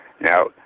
Now